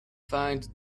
find